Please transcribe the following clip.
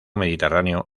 mediterráneo